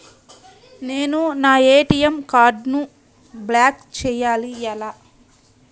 నేను నా ఏ.టీ.ఎం కార్డ్ను బ్లాక్ చేయాలి ఎలా?